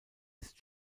ist